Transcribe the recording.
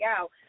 out